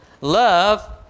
Love